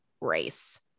race